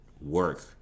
work